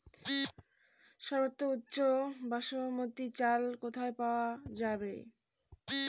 সর্বোওম উচ্চ বাসমতী চাল কোথায় পওয়া যাবে?